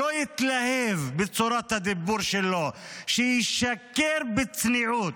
שלא יתלהב בצורת הדיבור שלו, שישקר בצניעות,